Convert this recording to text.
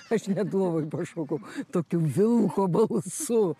aš net lovoj pašokau tokiu vilko balsu